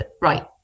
right